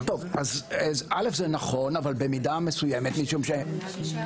א', זה נכון, אבל במידה מסוימת, כשחוקר